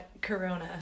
Corona